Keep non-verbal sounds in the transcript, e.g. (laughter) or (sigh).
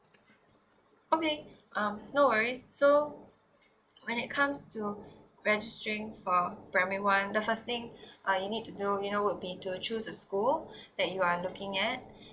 okay um no worries so when it comes to best thing for primary one the first thing (breath) uh you need to know you know would be to choose a school that you are looking at